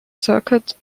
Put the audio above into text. circuit